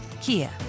Kia